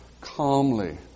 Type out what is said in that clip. calmly